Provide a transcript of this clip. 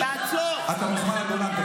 אתה מוזמן לגולן.